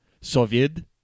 Soviet